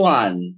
one